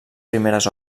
primeres